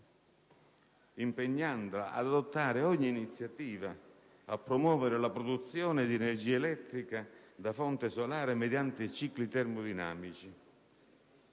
Governo: ad adottare ogni iniziativa volta a promuovere la produzione di energia elettrica da fonte solare mediante cicli termodinamici